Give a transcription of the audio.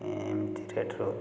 ହଁ ଏମତି ରେଟ୍ ରହୁଛି